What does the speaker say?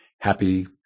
Happy